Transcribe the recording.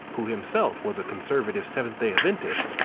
who himself was a conservative seventh-day adventist,